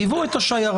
ליוו את השיירה.